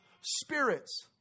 Spirits